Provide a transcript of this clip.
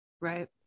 Right